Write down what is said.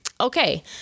Okay